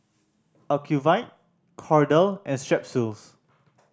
Ocuvite Kordel and Strepsils